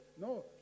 no